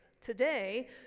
Today